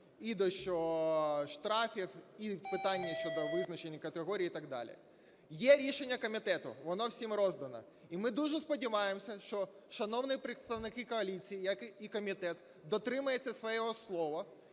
і щодо штрафів, і в питанні щодо визначення категорій і так далі. Є рішення комітету, воно всім роздано. І ми дуже сподіваємося, що шановні представники коаліції, як і комітет, дотримаються свого слова,